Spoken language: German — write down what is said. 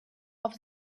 auf